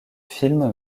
films